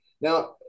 Now